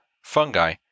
Fungi